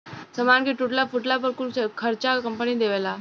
सामान के टूटला फूटला पर कुल खर्चा कंपनी देवेला